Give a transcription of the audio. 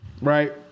Right